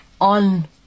on